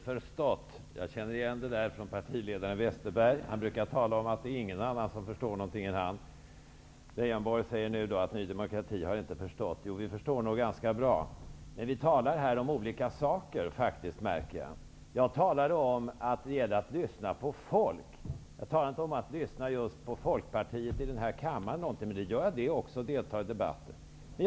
Fru talman! Ny demokrati har inte förstått, säger Lars Leijonborg. Jag känner igen det där från partiledare Westerberg. Han brukar tala om att ingen annan än han förstår någonting. Jo, vi förstår nog ganska bra. Men här talas det om olika saker, märker jag. Jag talade om att det gäller att lyssna på folk. Jag talade inte om att lyssna på just Folkpartiet i den här kammaren, men jag gör det också och deltar i debatten.